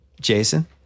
Jason